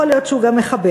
יכול להיות שהוא גם מחבל,